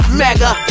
mega